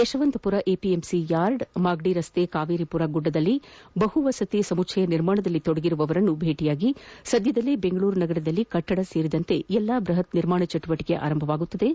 Yeshwanthpur APMC yard Magadi ರಸ್ತೆಯ ಕಾವೇರಿಪುರ ಗುಡ್ಡದಲ್ಲಿ ಬಹುವಸತಿ ಸಮುಚ್ಲಯ ನಿರ್ಮಾಣದಲ್ಲಿ ತೊಡಗಿಸಿಕೊಂಡಿರುವವರನ್ನು ಭೇಟಿಯಾಗಿ ಸದ್ದದಲ್ಲೇ ಬೆಂಗಳೂರು ನಗರದಲ್ಲಿ ಕಟ್ಟಡ ಸೇರಿದಂತೆ ಎಲ್ಲಾ ಬೃಹತ್ ನಿರ್ಮಾಣ ಚಟುವಟಿಕೆ ಆರಂಭವಾಗಲಿವೆ